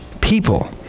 people